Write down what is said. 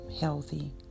healthy